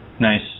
Nice